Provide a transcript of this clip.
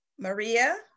Maria